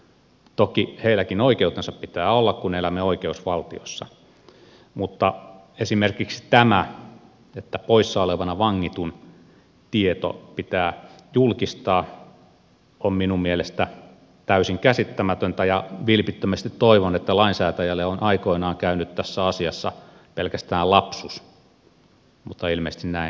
toki heilläkin oikeutensa pitää olla kun elämme oikeusvaltiossa mutta esimerkiksi tämä että poissaolevana vangitun tieto pitää julkistaa on minun mielestäni täysin käsittämätöntä ja vilpittömästi toivon että lainsäätäjälle on aikoinaan käynyt tässä asiassa pelkästään lapsus mutta ilmeisesti näin ei ole